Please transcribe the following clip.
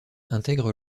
intègre